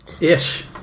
Ish